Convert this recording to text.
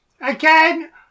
Again